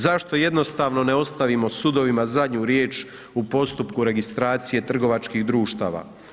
Zašto jednostavno ne ostavimo sudovima zadnju riječ u postupku registracije trgovačkih društava.